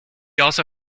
also